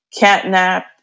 catnap